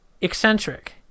eccentric